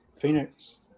Phoenix